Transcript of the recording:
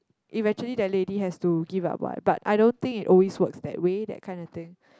eventually the lady has to give up what but I don't think it always works that way that kind of thing